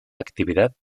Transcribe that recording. actividad